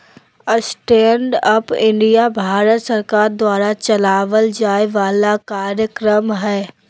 stand up India Bharat सरकार द्वारा चलावल जाय वाला कार्यक्रम हय